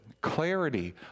clarity